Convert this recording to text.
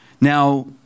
Now